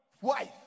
Wife